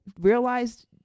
realized